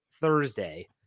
Thursday